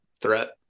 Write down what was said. threat